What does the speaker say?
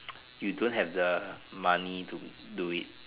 you don't have the money to do it